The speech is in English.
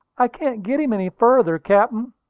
i can't get him any further, captain!